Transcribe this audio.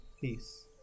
peace